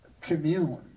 commune